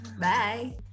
Bye